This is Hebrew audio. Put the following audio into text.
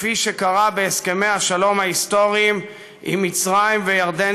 כפי שקרה בהסכמי השלום ההיסטוריים עם מצרים וירדן,